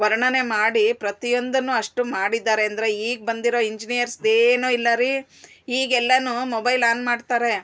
ವರ್ಣನೆ ಮಾಡಿ ಪ್ರತಿಯೊಂದನ್ನು ಅಷ್ಟು ಮಾಡಿದ್ದಾರೆ ಅಂದರೆ ಈಗ ಬಂದಿರೋ ಇಂಜಿನಿಯರ್ಸ್ದೇನು ಇಲ್ಲ ರೀ ಈಗೆಲ್ಲ ಮೊಬೈಲ್ ಆನ್ ಮಾಡ್ತಾರೆ